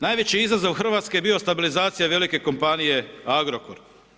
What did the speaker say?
Najveći izazov Hrvatske je bio stabilizacija velike kompanije Agrokor.